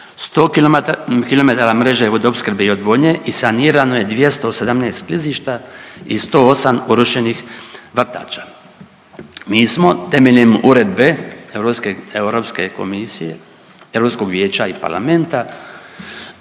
100km mreže vodoopskrbe i odvodnje i sanirano je 217 klizišta i 108 urušenih vrtača. Mi smo temeljem Uredbe Europske komisije, Europskog Vijeća i Parlamenta